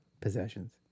possessions